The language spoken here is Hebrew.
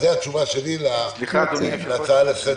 אז זאת התשובה שלי להצעה לסדר שלך.